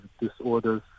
disorders